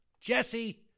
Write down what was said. Jesse